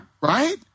Right